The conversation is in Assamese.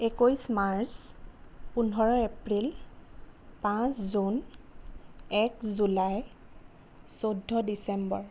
একৈছ মাৰ্চ পোন্ধৰ এপ্ৰিল পাঁচ জুন এক জুলাই চৈধ্য় ডিচেম্বৰ